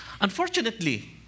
Unfortunately